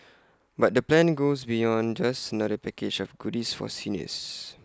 but the plan goes beyond just another package of goodies for seniors